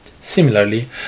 Similarly